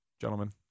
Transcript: gentlemen